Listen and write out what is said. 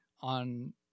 on